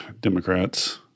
Democrats